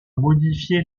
modifié